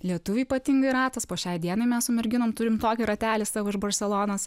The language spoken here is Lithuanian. lietuvių ypatingai ratas po šiai dienai mes su merginom turim tokį ratelį savo iš barselonos